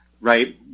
Right